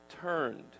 turned